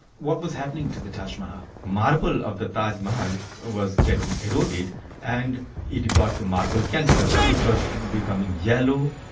what was happening to the taj mahal? marble of the taj mahal was getting eroded and it got the marble cancer. it was becoming yellow,